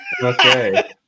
Okay